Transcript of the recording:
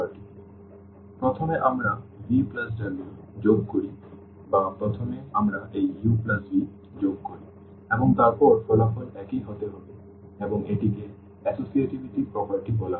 uvvu∀uv∈V প্রথমে আমরা vw যোগ করি বা প্রথমে আমরা এই uv যোগ করি এবং তারপর ফলাফল একই হতে হবে এবং এটিকে এসোসিয়েটিভিটি প্রপার্টি বলা হয়